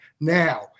Now